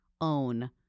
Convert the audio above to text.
own